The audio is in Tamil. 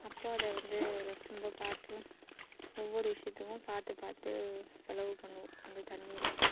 அப்போது அதை வந்து ரொம்ப பார்த்து ஒவ்வொரு விஷயத்துக்கும் பார்த்து பார்த்து செலவு பண்ணுவோம் அந்த தண்ணீரை